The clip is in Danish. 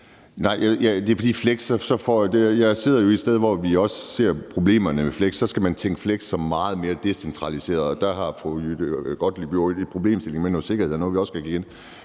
starte i. Nej, jeg sidder jo et sted, hvor vi også ser problemerne med flextrafik. Så skal man tænke flex som meget mere decentraliseret, og der har fru Jette Gottlieb en problemstilling med noget sikkerhed og noget, vi også skal kigge ind